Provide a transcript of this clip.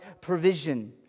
provision